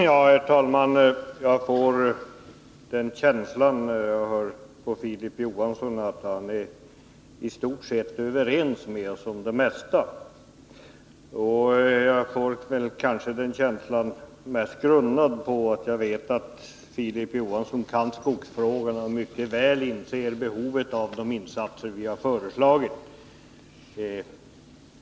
Herr talman! Jag får den känslan, när jag lyssar till Filip Johansson, att han i stort sett är överens med oss om det mesta. Att jag får den känslan beror kanske främst på att jag vet att Filip Johansson kan skogsfrågorna och mycket väl inser behovet av de insatser vi har föreslagit.